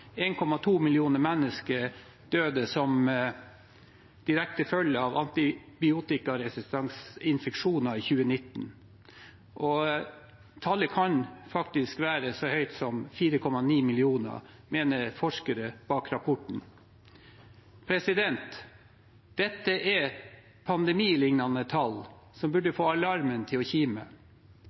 millioner mennesker døde som direkte følge av antibiotikaresistente infeksjoner i 2019. Tallet kan faktisk være så høyt som 4,9 millioner, mener forskerne bak rapporten. Dette er pandemiliknende tall som burde få alarmen til å kime.